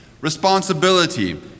Responsibility